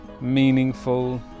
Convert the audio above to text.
meaningful